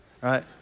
right